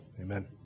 Amen